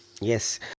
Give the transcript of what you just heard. Yes